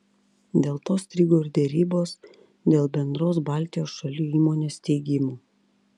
dėl to strigo ir derybos dėl bendros baltijos šalių įmonės steigimo